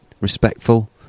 respectful